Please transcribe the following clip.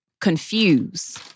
confuse